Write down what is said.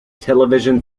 television